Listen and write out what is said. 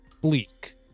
bleak